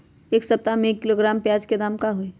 एक सप्ताह में एक किलोग्राम प्याज के दाम का होई?